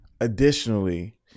additionally